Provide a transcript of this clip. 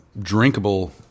drinkable